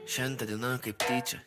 šventa diena kaip tyčia